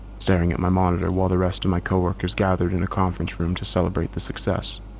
staring at my monitor while the rest of my coworkers gathered in a conference room to celebrate the success.